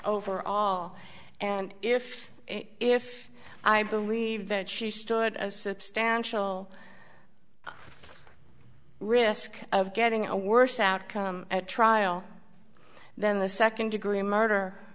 over all and if if i believe that she stood a substantial risk of getting a worse outcome at trial then the second degree murder